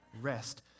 rest